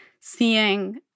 seeing